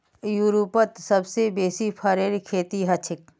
यूरोपत सबसे बेसी फरेर खेती हछेक